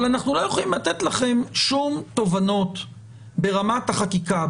אבל אנחנו לא יכולים לתת לכם שום תובנות ברמת החקיקה,